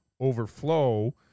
overflow